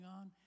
on